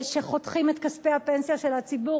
שחותכים את כספי הפנסיה של הציבור.